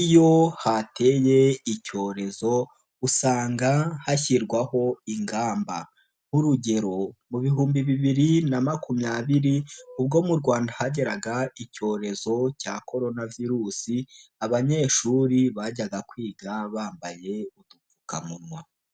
iyo hateye icyorezo usanga hashyirwaho ingamba, nk'urugero mu bihumbi bibiri na makumyabiri ubwo mu Rwanda hageraga icyorezo cya koronavirusi, abanyeshuri bajyaga kwiga bambaye udupfukamunwa.